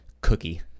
cookie